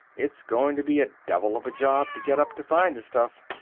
it's going to be a devil of a job to get up to find the stuff.